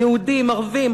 יהודים ערבים,